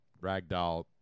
ragdoll